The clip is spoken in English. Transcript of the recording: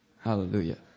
Hallelujah